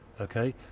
okay